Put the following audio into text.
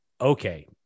okay